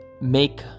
make